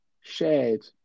shared